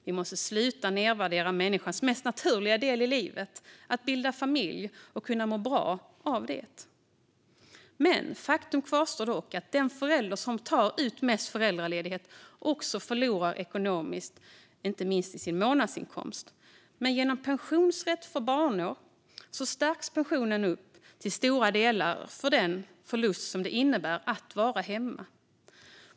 Vi måste sluta nedvärdera den mest naturliga delen i människans liv: att kunna bilda familj och må bra av det. Faktum kvarstår dock: Den förälder som tar ut mest föräldraledighet förlorar ekonomiskt, inte minst i månadsinkomst. Men genom pensionsrätt för barnår kompenseras pensionen till stora delar för den förlust det innebär att vara hemma.